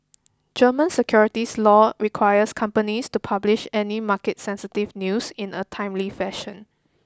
German securities law requires companies to publish any market sensitive news in a timely fashion